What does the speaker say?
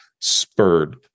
spurred